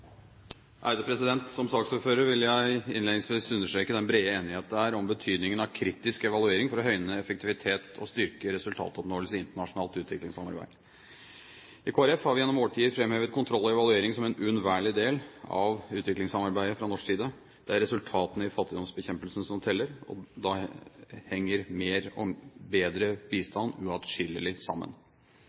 Som saksordfører vil jeg innledningsvis understreke den brede enighet det er om betydningen av kritisk evaluering for å høyne effektivitet og styrke resultatoppnåelse i internasjonalt utviklingssamarbeid. I Kristelig Folkeparti har vi gjennom årtier framhevet kontroll og evaluering som en uunnværlig del av utviklingssamarbeidet fra norsk side. Det er resultatene i fattigdomsbekjempelsen som teller, og da henger mer og bedre bistand uatskillelig sammen.